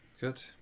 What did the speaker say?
Good